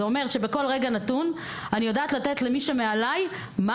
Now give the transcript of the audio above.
זה אומר שבכל רגע נתון אני יודעת לתת למי שמעליי מה